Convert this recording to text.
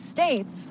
States